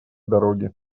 дороги